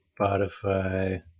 Spotify